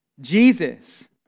Jesus